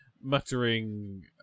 muttering